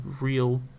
real